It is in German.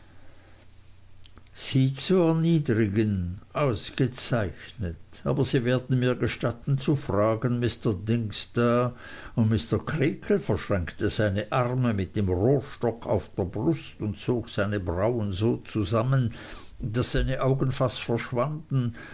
sie zu erniedrigen ausgezeichnet aber sie werden mir gestatten zu fragen mr dingsda und mr creakle verschränkte seine arme mit dem rohrstock auf der brust und zog seine brauen so zusammen daß seine augen fast verschwanden